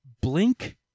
blink